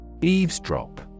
Eavesdrop